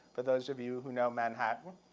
for those of you who know manhattan.